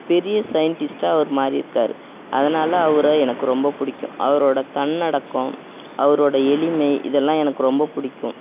பெரிய சைன்டிஸ்ட்டாக அவரு மாறியிருக்காரு அதனால் அவர எனக்கு ரொம்பப் பிடிக்கும் அவரோடய தன்னடக்கம் அவரோட எளிமை இதெல்லாம் எனக்கு ரொம்பப் பிடிக்கும்